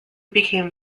became